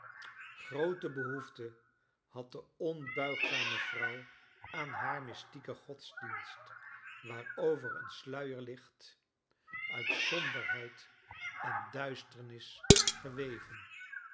groote behoefte had de onbuigzame vrouw aan haar mystieken godsdienst waarover een sluier ligt charles dickens ait somberheid en duisternis geweven